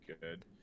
good